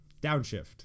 Downshift